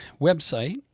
website